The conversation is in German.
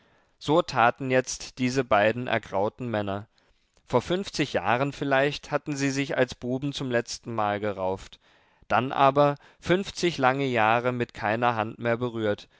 so taten jetzt diese beiden ergrauten männer vor fünfzig jahren vielleicht hatten sie sich als buben zum letztenmal gerauft dann aber fünfzig lange jahre mit keiner hand mehr berührt